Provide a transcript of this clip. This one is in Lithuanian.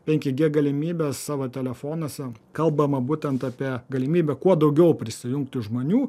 penki gie galimybę savo telefonuose kalbama būtent apie galimybę kuo daugiau prisijungti žmonių